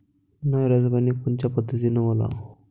नयराचं पानी कोनच्या पद्धतीनं ओलाव?